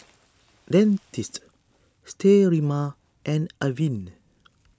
Dentiste Sterimar and Avene